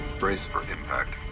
brace for impact.